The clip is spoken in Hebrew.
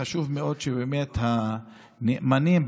חשוב מאוד שבאמת הנאמנים,